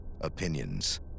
opinions